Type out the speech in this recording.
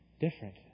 different